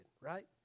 right